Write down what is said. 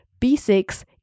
B6